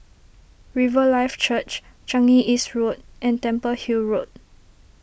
Riverlife Church Changi East Road and Temple Hill Road